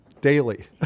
daily